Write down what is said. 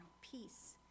peace